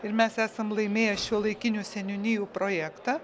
ir mes esam laimėję šiuolaikinių seniūnijų projektą